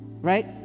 Right